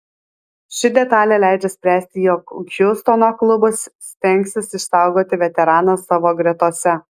ši detalė leidžia spręsti jog hjustono klubas stengsis išsaugoti veteraną savo gretose